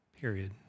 period